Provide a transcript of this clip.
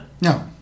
No